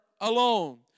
alone